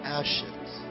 ashes